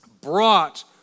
Brought